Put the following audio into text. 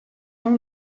nom